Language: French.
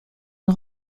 une